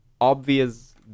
obvious